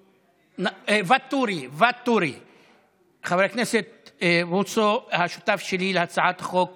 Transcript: ואטורי, חבר הכנסת בוסו, השותף שלי להצעת חוק